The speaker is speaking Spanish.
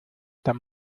tan